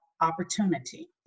opportunity